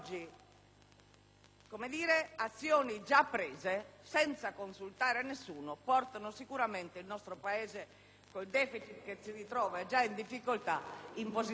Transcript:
vero che azioni già prese senza consultare nessuno portano sicuramente oggi il nostro Paese, che con il *deficit* che si ritrova già in difficoltà, in una posizione diversa.